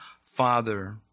Father